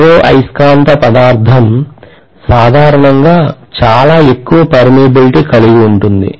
ferro అయస్కాంత పదార్థం సాధారణంగా చాలా ఎక్కువ permeability కలిగి ఉంటుంది